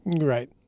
Right